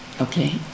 Okay